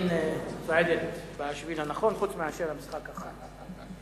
סח'נין צועדת בשביל הנכון חוץ ממשחק אחד.